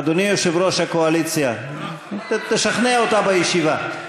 אדוני יושב-ראש הקואליציה, תשכנע אותה בישיבה.